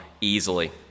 easily